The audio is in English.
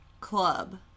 club